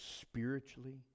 spiritually